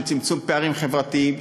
של צמצום פערים חברתיים,